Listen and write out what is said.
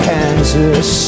Kansas